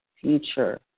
future